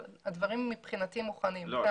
אבל הדברים מבחינתי מוכנים.